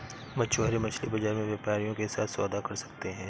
मछुआरे मछली बाजार में व्यापारियों के साथ सौदा कर सकते हैं